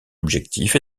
objectif